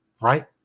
right